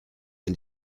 and